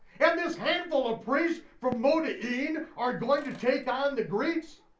and this handful of priests from modin are going to take on the greeks?